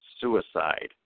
Suicide